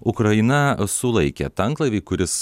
ukraina sulaikė tanklaivį kuris